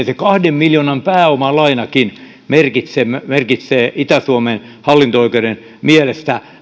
se kahden miljoonan pääomalainakin merkitsee itä suomen hallinto oikeuden mielestä